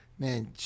Man